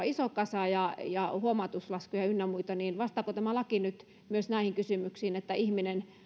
iso kasa ja ja huomautuslaskuja ynnä muita vastaako tämä laki nyt myös näihin kysymyksiin että jos ihminen